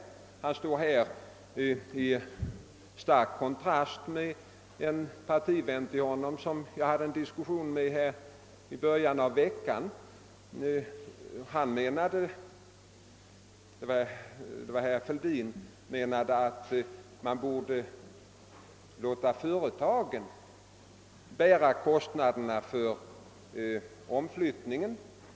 Han står i detta avseende i stark kontrast mot sin partivän herr Fälldin, med vilken jag hade en diskussion här i kammaren i början av veckan. Han menade att man borde låta företagen bära kostnaderna för omflyttningen.